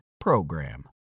PROGRAM